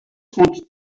called